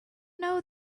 know